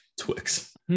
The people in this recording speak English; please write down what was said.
Twix